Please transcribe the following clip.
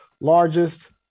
largest